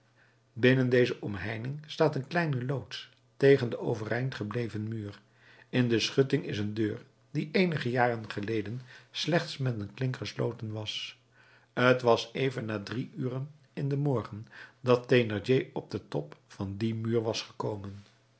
binnen deze omheining staat een kleine loods tegen den overeind gebleven muur in de schutting is een deur die eenige jaren geleden slechts met een klink gesloten was t was even na drie uren in den morgen dat thénardier op den top van dien muur was gekomen